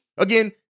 Again